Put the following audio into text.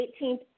18th